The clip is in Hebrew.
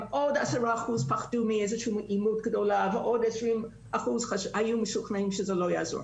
10% פגעו מעימות, 20% היו משוכנעים שזה לא יעזור.